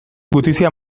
gutizia